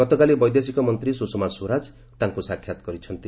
ଗତକାଲି ବୈଦେଶିକମନ୍ତ୍ରୀ ସୁଷମା ସ୍ୱରାଜ ତାଙ୍କୁ ସାକ୍ଷାତ କରିଛନ୍ତି